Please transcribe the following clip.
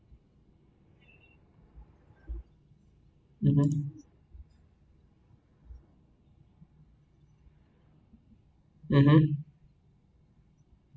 mmhmm mmhmm